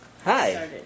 Hi